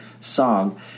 song